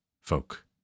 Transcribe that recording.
folk